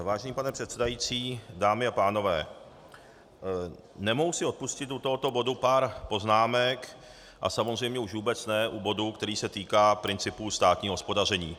Vážený pane předsedající, dámy a pánové, nemohu si odpustit u tohoto bodu pár poznámek a samozřejmě už vůbec ne u bodu, který se týká principu státního hospodaření.